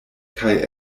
kaj